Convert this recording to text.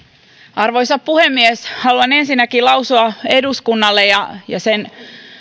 arvoisa puhemies haluan ensinnäkin lausua eduskunnalle ja ja sen